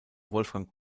wolfgang